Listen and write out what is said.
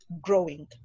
growing